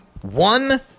one